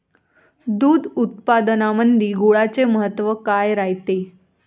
दूध उत्पादनामंदी गुळाचे महत्व काय रायते?